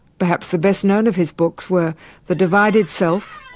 perhaps the best known of his books were the divided self,